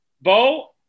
Bo